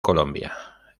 colombia